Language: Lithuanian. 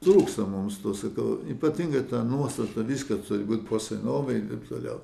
trūksta mums to sakau ypatingai ta nuostata viskas turi būti po senovei ir taip toliau